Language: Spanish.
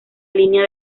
línea